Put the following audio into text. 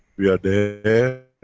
we are there.